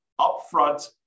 upfront